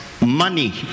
money